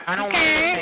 okay